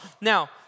Now